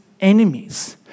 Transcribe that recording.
enemies